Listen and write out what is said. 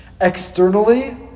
Externally